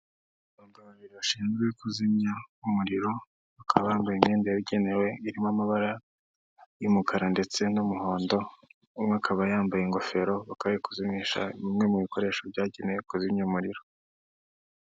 Abagabo bashinzwe kuzimya umuriro bakaba bambaye imyenda yabugenewe irimo amabara y'umukara ndetse n'umuhondo, umwe akaba yambaye ingofero bakaba barikuzimisha bimwe mu bikoresho byagenewe kubizimya umuriro.